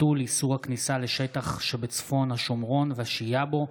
(ביטול איסור הכניסה לשטח בצפון השומרון והשהייה בו),